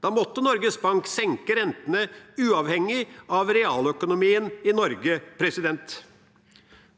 Da måtte Norges Bank senke rentene uavhengig av realøkonomien i Norge.